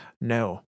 No